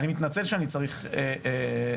אני מתנצל שאני צריך לצאת.